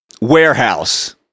warehouse